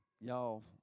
Y'all